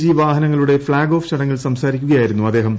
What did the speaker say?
G വാഹനങ്ങളുടെ flag off ചടങ്ങിൽ സംസാരിക്കുകയായിരുന്നു അദ്ദേഹം